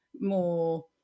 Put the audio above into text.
more